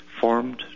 formed